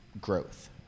growth